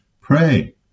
pray